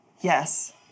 Yes